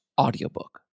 audiobook